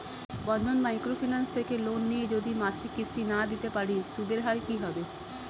বন্ধন micro finance থেকে loan নিয়ে যদি মাসিক কিস্তি না দিতে পারি সুদের হার কি হবে?